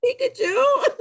Pikachu